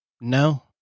no